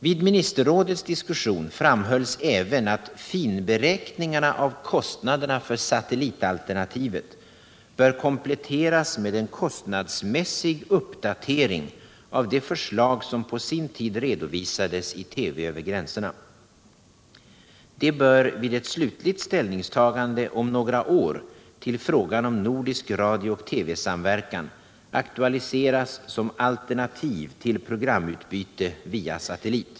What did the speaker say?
Vid ministerrådets diskussion framhölls även att finberäkningarna av kostnaderna för satellitalternativet bör kompletteras med en kostnadsmässig uppdatering av de förslag som på sin tid redovisades i ”TV över gränserna” och som vid ett slutligt ställningstagande om några år till frågan om nordisk radiooch TV-samverkan bör aktualiseras som alternativ till programutbyte via satellit.